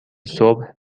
صبح